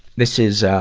this is,